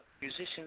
musicians